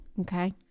Okay